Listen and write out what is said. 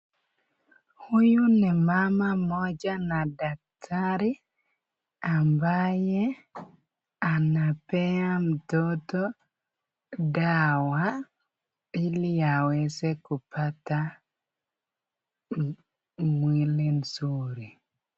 Huyu ni mama moja na daktari ambaye anapea mtoto dawa, iliaweze kupata mwili nzuri.